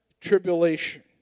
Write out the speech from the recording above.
tribulation